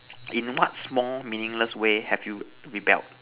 in what small meaningless way have you rebelled